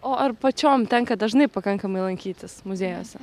o ar pačiom tenka dažnai pakankamai lankytis muziejuose